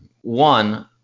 One